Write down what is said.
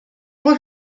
were